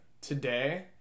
today